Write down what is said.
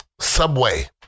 Subway